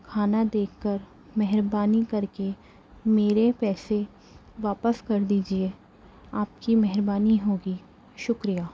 کھانا دیکھ کر مہربانی کر کے میرے پیسے واپس کر دیجیے آپ کی مہربانی ہوگی شُکریہ